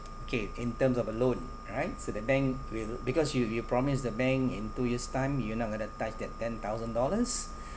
okay in terms of a loan right so the bank will because you you promised the bank in two years time you're not going to touch that ten thousand dollars